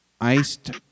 Iced